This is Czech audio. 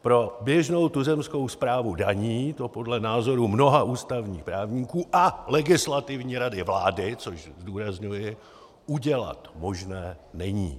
Pro běžnou tuzemskou správu daní to podle názoru mnoha ústavních právníků a Legislativní rady vlády, což zdůrazňuji udělat možné není.